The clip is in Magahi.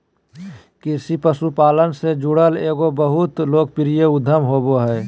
कृषि पशुपालन से जुड़ल एगो बहुत लोकप्रिय उद्यम होबो हइ